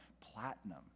platinum